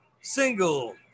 Single